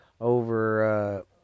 over